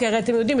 הרי אתם יודעים,